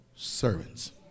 servants